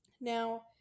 Now